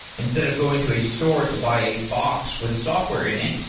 instead of going to a store to buy a box with software in it,